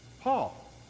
Paul